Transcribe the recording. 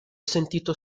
sentito